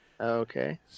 Okay